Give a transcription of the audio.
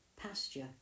Pasture